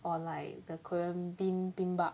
or like the korean bibimbap